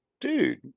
dude